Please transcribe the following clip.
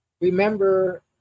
Remember